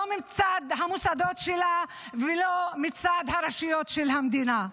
לא מצד המוסדות שלה ולא מצד הרשויות של המדינה: